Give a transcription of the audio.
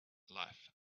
life